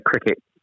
cricket